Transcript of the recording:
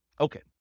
Okay